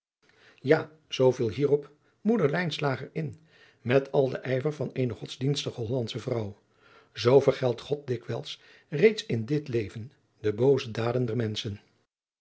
zoo viel hierop moeder lijnslager in met al den ijver van eene godsdienstige hollandsche vrouw zoo vergeldt god dikwijls reeds in dit leven de booze daden der menschen